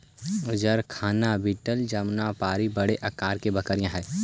जरखाना बीटल जमुनापारी बड़े आकार की बकरियाँ हई